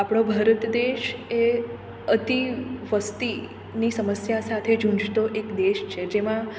આપણો ભારત દેશ એ અતિ વસ્તીની સમસ્યા સાથે ઝૂંઝતો એક દેશ છે જેમાં